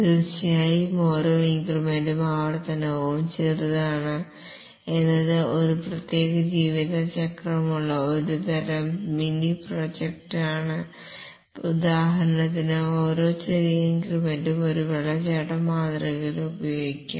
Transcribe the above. തീർച്ചയായും ഓരോ ഇൻക്രിമെന്റും ആവർത്തനവും ചെറുതാണ് എന്നത് ഒരു പ്രത്യേക ജീവിത ചക്രമുള്ള ഒരു തരം മിനി പ്രോജക്റ്റാണ് ഉദാഹരണത്തിന് ഓരോ ചെറിയ ഇൻക്രിമെന്റും ഒരു വെള്ളച്ചാട്ട മാതൃകയായി ഉപയോഗിക്കാം